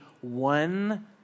one